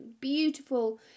Beautiful